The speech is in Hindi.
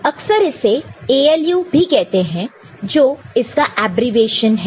अक्सर इसे ALU भी कहते हैं जो इसका अब्रीविएशॅन हैं